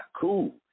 cool